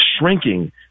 shrinking